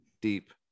deep